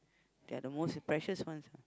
they are the most precious ones